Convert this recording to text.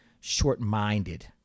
short-minded